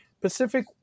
Pacific